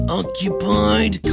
occupied